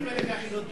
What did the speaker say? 50,000 יחידות